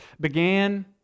began